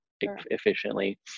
efficiently